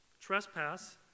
Trespass